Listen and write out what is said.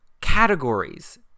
categories